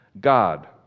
God